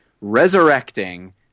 resurrecting